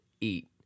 eat